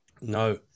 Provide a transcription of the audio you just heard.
No